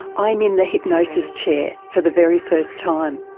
i'm in the hypnosis chair for the very first time.